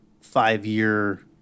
five-year